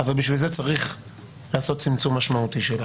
אבל בשביל זה צריך לעשות צמצום משמעותי שלה.